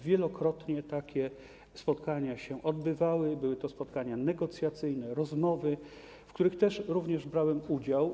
Wielokrotnie takie spotkania się odbywały, były to spotkania negocjacyjne, rozmowy, w których również brałem udział.